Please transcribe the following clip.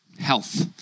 health